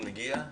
ינון מגיע?